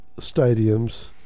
stadiums